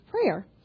prayer